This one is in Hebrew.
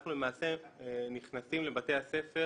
אנחנו למעשה נכנסים לבתי הספר